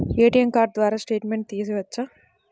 ATM card ద్వారా statement తీయవచ్చా?